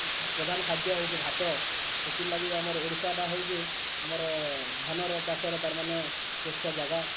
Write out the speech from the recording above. ପ୍ରଧାନ ଖାଦ୍ୟ ହେଉଛେ ଭାତ ସେଥିର୍ଲାଗି ଆମର୍ ଓଡ଼ିଶାଟା ହେଉଛେ ଆମର୍ ଧାନ୍ର ଚାଷର ତା'ର୍ମାନେ ଶ୍ରେଷ୍ଠ ଜାଗା